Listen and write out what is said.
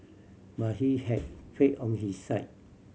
but he had faith on his side